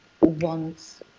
wants